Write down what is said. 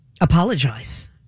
apologize